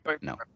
No